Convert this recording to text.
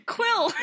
Quill